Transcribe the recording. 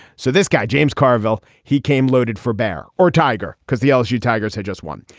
so this guy james carville he came loaded for bear or tiger because the lsu tigers had just won.